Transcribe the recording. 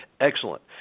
Excellent